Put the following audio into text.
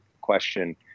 question